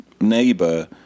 neighbor